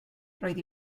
roedd